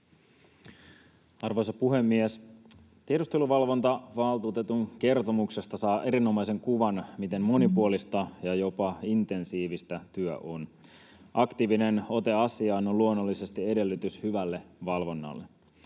Arvoisa puhemies! Tiedusteluvalvontavaltuutetun kertomuksesta saa erinomaisen kuvan siitä, miten monipuolista ja jopa intensiivistä työ on. Aktiivinen ote asiaan on luonnollisesti edellytys hyvälle valvonnalle.